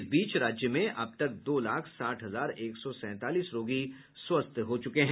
इस बीच राज्य में अब तक दो लाख साठ हजार एक सौ सैंतालीस रोगी स्वस्थ हो चुके हैं